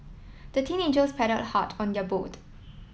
the teenagers paddled hard on their boat